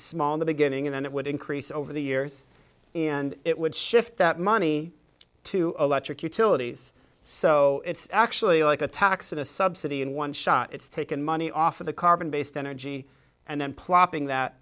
small in the beginning and then it would increase over the years and it would shift that money to electric utilities so it's actually like a tax for the subsidy in one shot it's taken money off of the carbon based energy and